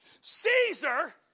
Caesar